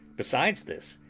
besides this,